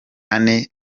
ane